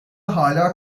hala